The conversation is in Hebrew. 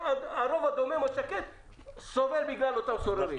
הרוב הדומם השקט סובל בגלל אותם סוררים.